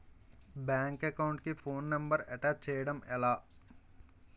Bank account కి phone number attach చేయడం ఎలా?